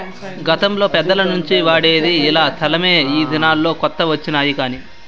గతంలో పెద్దల నుంచి వాడేది ఇలా తలమే ఈ దినాల్లో కొత్త వచ్చినాయి కానీ